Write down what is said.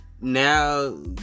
now